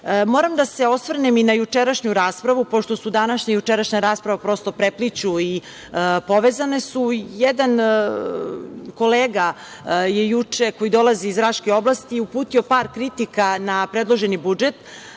da se osvrnem i na jučerašnju raspravu, pošto se današnja i jučerašnja rasprava prosto prepliću i povezane su. Jedan kolega je juče, koji dolazi iz Raške oblasti, uputio par kritika na predloženi budžet.